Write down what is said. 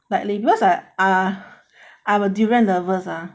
likely because I ah I am durian lovers ah